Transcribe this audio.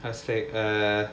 I say err